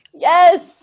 Yes